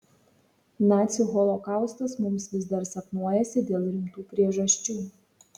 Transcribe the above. nacių holokaustas mums vis dar sapnuojasi dėl rimtų priežasčių